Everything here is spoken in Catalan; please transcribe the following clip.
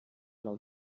del